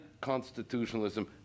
constitutionalism